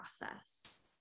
process